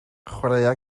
chwaraea